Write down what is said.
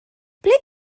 ble